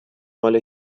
مال